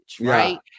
right